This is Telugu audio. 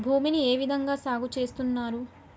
భూమిని ఏ విధంగా సాగు చేస్తున్నారు?